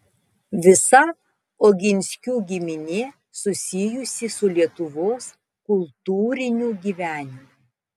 visa oginskių giminė susijusi su lietuvos kultūriniu gyvenimu